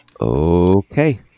Okay